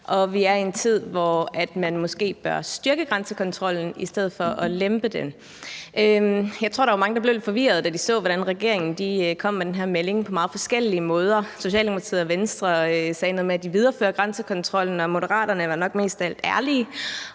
vi er en tid, hvor man måske bør styrke grænsekontrollen i stedet for at lempe den. Jeg tror, at der var mange, der blev lidt forvirret, da de så, hvordan regeringen kom med den her melding på meget forskellige måder. Socialdemokratiet og Venstre sagde noget med, at de viderefører grænsekontrollen, og Moderaterne var nok de mest ærlige